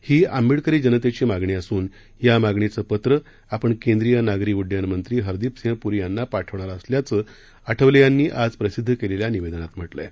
ही आंबेडकरी जनतेची मागणी असून या मागणीचं पत्र आपण केंद्रीय नागरी उड्डयन मंत्री हरदीप सिंह पुरी यांना पाठवणार असल्याचं आठवले यांनी आज प्रसिद्ध केलेल्या निवेदनात म्हटलं आहे